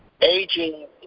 aging